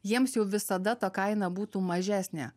jiems jau visada ta kaina būtų mažesnė